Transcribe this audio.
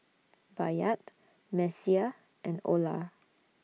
Bayard Messiah and Olar